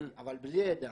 אבל בלי ידע.